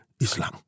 Islam